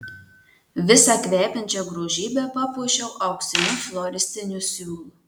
visą kvepiančią grožybę papuošiau auksiniu floristiniu siūlu